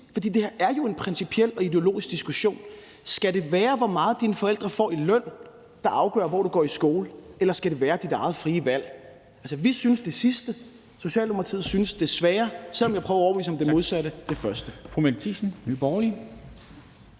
for det her er jo en principiel og ideologisk diskussion. Skal det være, hvor meget dine forældre får i løn, der afgør, hvor du går i skole, eller skal det være dit eget frie valg? Altså, vi synes det sidste. Socialdemokratiet synes desværre, selv om jeg prøver at overbevise dem om det modsatte, det første.